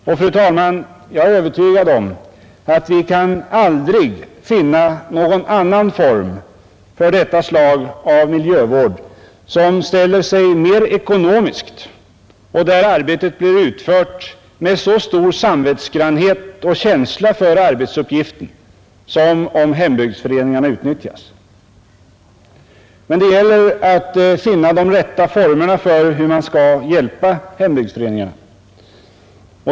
Jag är, fru talman, övertygad om att vi aldrig kan finna någon annan form för detta slag av miljövård som ställer sig mera ekonomisk och där arbetet blir utfört med så stor samvetsgrannhet och känsla för arbetsuppgiften som om hembygdsföreningarna utnyttjas. Det gäller dock att finna de rätta formerna för hur man skall hjälpa hembygdsföreningarna.